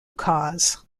cars